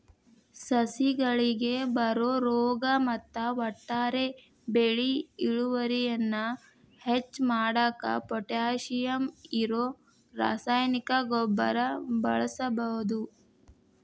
ಸಸಿಗಳಿಗೆ ಬರೋ ರೋಗ ಮತ್ತ ಒಟ್ಟಾರೆ ಬೆಳಿ ಇಳುವರಿಯನ್ನ ಹೆಚ್ಚ್ ಮಾಡಾಕ ಪೊಟ್ಯಾಶಿಯಂ ಇರೋ ರಾಸಾಯನಿಕ ಗೊಬ್ಬರ ಬಳಸ್ಬಹುದು